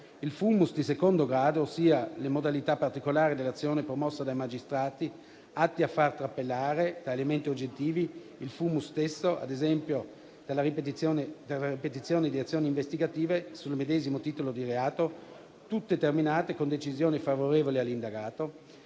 il *fumus* di secondo grado, ossia le modalità particolari dell'azione promossa dai magistrati atta a far trapelare, da elementi oggettivi, il *fumus* stesso, ad esempio dalla ripetizione di azioni investigative sul medesimo titolo di reato, tutte terminate con decisioni favorevoli all'indagato;